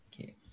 okay